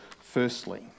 firstly